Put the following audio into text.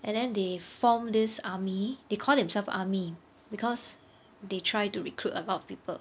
and then they form this army they call themselves army because they try to recruit a lot of people